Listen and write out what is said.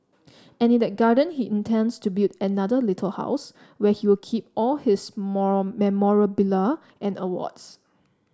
and in that garden he intends to build another little house where he'll keep all his memorabilia and awards